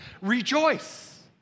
rejoice